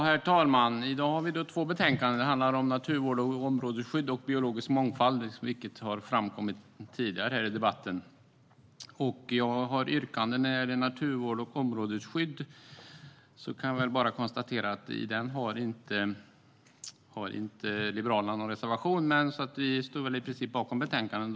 Herr talman! I dag behandlar vi två betänkanden, Naturvård och områdesskydd och Biologisk mångfald , vilket har framkommit tidigare här i debatten. När det gäller betänkandet Naturvård och områdesskydd har Liberalerna inte någon reservation, så vi står i princip bakom betänkandet.